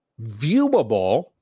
viewable